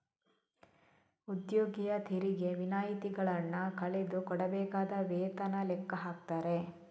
ಉದ್ಯೋಗಿಯ ತೆರಿಗೆ ವಿನಾಯಿತಿಗಳನ್ನ ಕಳೆದು ಕೊಡಬೇಕಾದ ವೇತನ ಲೆಕ್ಕ ಹಾಕ್ತಾರೆ